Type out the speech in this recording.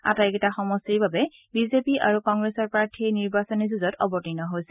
আটাইকেইটা সমষ্টিৰ বাবে বিজেপি আৰু কংগ্ৰেছৰ প্ৰাৰ্থীয়ে নিৰ্বাচনী যুঁজত অৱতীৰ্ণ হৈছে